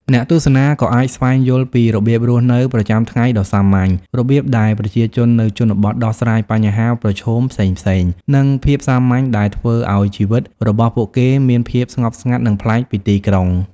អ្នកទស្សនាក៏អាចស្វែងយល់ពី របៀបរស់នៅប្រចាំថ្ងៃដ៏សាមញ្ញ របៀបដែលប្រជាជននៅជនបទដោះស្រាយបញ្ហាប្រឈមផ្សេងៗ និង ភាពសាមញ្ញដែលធ្វើឱ្យជីវិតរបស់ពួកគេមានភាពស្ងប់ស្ងាត់ និងប្លែកពីទីក្រុង។